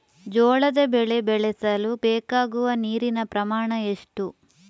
ಜೋಳದ ಬೆಳೆ ಬೆಳೆಸಲು ಬೇಕಾಗುವ ನೀರಿನ ಪ್ರಮಾಣ ಎಷ್ಟು?